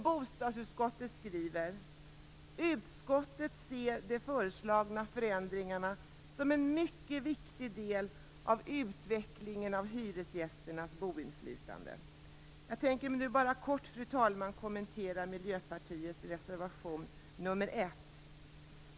Bostadsutskottet skriver: "Utskottet ser de föreslagna förändringarna som en mycket viktigt del av utvecklingen av hyresgästernas boinflytande. Jag tänker nu bara kort kommentera Miljöpartiets reservation nr 1.